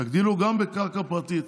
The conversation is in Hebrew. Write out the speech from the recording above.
תגדילו גם בקרקע פרטית,